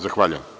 Zahvaljujem.